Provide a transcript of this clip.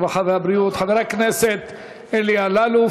הרווחה והבריאות חבר הכנסת אלי אלאלוף.